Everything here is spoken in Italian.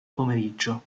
pomeriggio